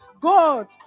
God